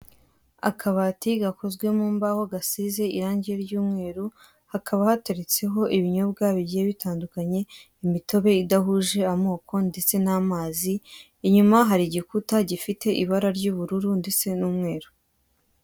Akabati gakozwe mumbaho gasize irangi ryumweru hakaba hateretseho Ibinyobwa bigiye bitandukanye imitobe idahuje amako ndetse n'amazi, inyuma hari igikuta gifite Ibara ry'ubururu ndetse n'umweru.